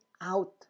out